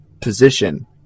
position